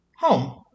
home